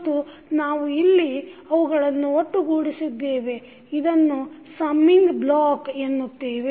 ಮತ್ತು ನಾವು ಇಲ್ಲಿ ಅವುಗಳನ್ನು ಒಟ್ಟುಗೂಡಿಸುತ್ತಿದ್ದೇವೆ ಅದನ್ನು ಸಮ್ಮಿಂಗ್ ಬ್ಲಾಕ್ ಎನ್ನುತ್ತೇವೆ